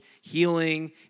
healing